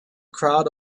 crowd